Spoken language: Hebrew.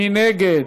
מי נגד?